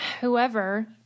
whoever